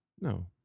No